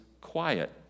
quiet